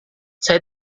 saya